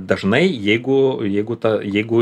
dažnai jeigu jeigu tą jeigu